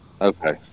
Okay